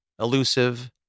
elusive